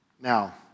Now